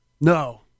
No